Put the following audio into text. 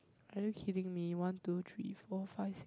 are you kidding me one two three four five six